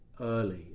early